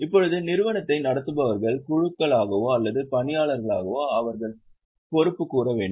இப்போது நிறுவனத்தை நடத்துபவர்கள் குழுவாகவோ அல்லது பணியாளர்களாகவோ அவர்கள் பொறுப்புக்கூற வேண்டும்